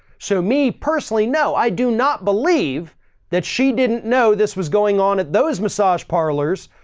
so me personally, no, i do not believe that she didn't know this was going on at those massage parlors.